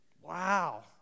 Wow